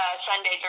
Sunday